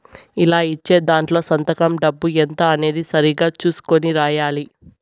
ఇలా ఇచ్చే దాంట్లో సంతకం డబ్బు ఎంత అనేది సరిగ్గా చుసుకొని రాయాలి